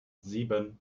sieben